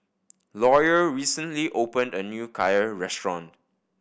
lawyer recently opened a new Kheer restaurant